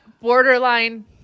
borderline